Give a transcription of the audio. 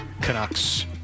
Canucks